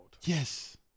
Yes